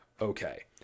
Okay